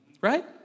right